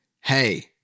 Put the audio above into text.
hey